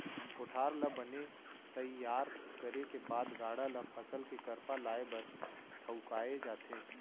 कोठार ल बने तइयार करे के बाद गाड़ा ल फसल के करपा लाए बर ठउकाए जाथे